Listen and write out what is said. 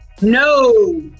No